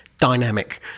dynamic